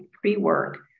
Pre-work